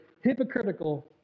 hypocritical